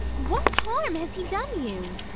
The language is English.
what harm has he done you?